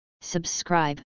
subscribe